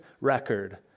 record